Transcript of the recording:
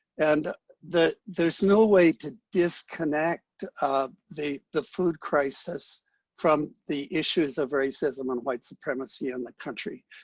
and that there's no way to disconnect the the food crisis from the issues of racism and white supremacy in the country.